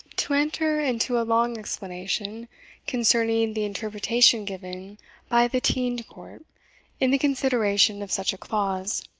to enter into a long explanation concerning the interpretation given by the teind court in the consideration of such a clause,